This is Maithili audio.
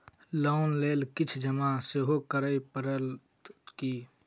लोन लेल किछ जमा सेहो करै पड़त की?